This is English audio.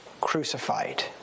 crucified